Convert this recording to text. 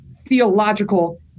theological